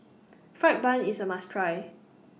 Fried Bun IS A must Try